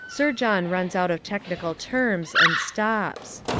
sir john runs out of technical terms and stops.